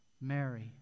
Mary